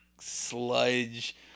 sludge